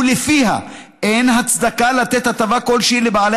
ולפיה אין הצדקה לתת הטבה כלשהי לבעלי